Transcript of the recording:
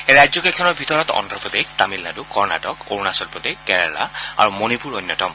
এই ৰাজ্যকেইখনৰ ভিতৰত অভ্ৰপ্ৰদেশ তামিলনাডু কৰ্ণাটক অৰুণাচল প্ৰদেশ কেৰালা আৰু মণিপুৰ অন্যতম